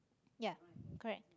ya correct